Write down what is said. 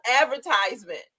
advertisement